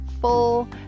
full